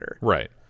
right